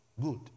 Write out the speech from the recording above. Good